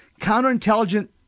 counterintelligence